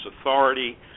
authority